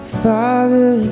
father